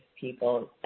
people